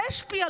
זה השפיע,